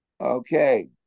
Okay